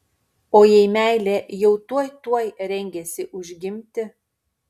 o jei meilė jau tuoj tuoj rengėsi užgimti